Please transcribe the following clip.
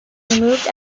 removed